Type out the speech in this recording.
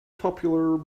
popular